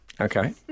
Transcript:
Okay